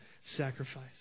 sacrifice